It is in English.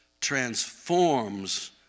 transforms